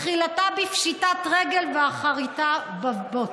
תחילתה בפשיטת רגל ואחריתה בבוץ.